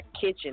kitchen